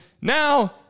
now